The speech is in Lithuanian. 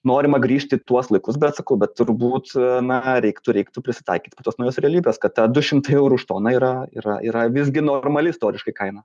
norima grįžti tuos laikus bet sakau bet turbūt na reiktų reiktų prisitaikyti tos naujos realybės kad ta du šimtai eurų už toną yra yra yra visgi normali istoriškai kaina